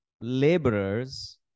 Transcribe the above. laborers